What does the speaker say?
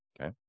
Okay